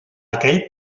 aquell